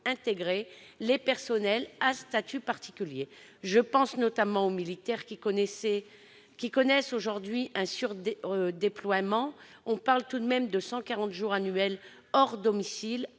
intégrer les personnels à statut particulier ; je pense notamment aux militaires, qui connaissent aujourd'hui un surdéploiement atteignant tout de même cent quarante jours annuels hors du domicile.